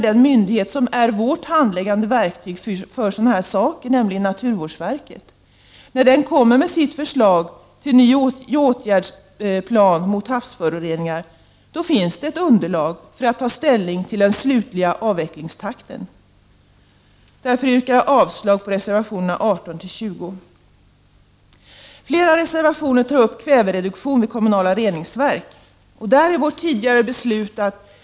IG från den myndighet som är vårt handläggande verktyg beträffande sådana här saker, nämligen naturvårdsverket. När naturvårdsverket kommer med sitt förslag till ny åtgärdsplan mot havsföroreningar, finns det ett underlag för att ta ställning till den slutliga avvecklingstakten. Därför yrkar jag avslag på reservationerna 18-20. I flera reservationer tas kvävereduktionen vid kommunala reningsverk upp. Vårt tidigare beslut går ut på följande.